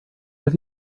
have